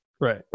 Right